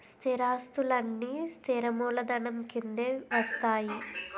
స్థిరాస్తులన్నీ స్థిర మూలధనం కిందే వస్తాయి